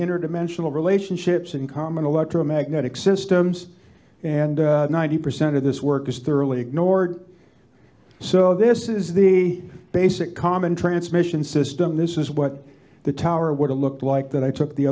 interdimensional relationships in common electromagnetic systems and ninety percent of this work is thoroughly ignored so this is the basic common transmission system this is what the tower would have looked like that i took the